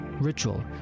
ritual